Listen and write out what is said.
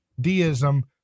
Deism